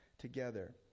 together